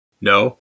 No